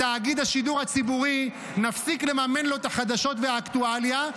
לתאגיד השידור הציבורי נפסיק לממן את החדשות ואת האקטואליה.